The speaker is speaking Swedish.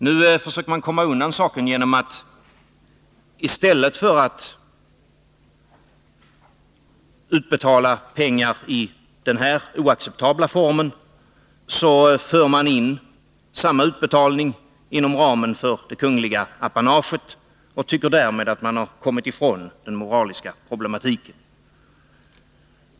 Nu försöker regeringen komma undan saken genom att i stället för att utbetala pengarna i denna oacceptabla form föra in samma utbetalning inom ramen för det kungliga apanaget. Därmed tycker man att man har kommit från den moraliska problematiken.